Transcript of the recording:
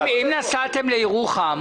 אם נסעתם לירוחם,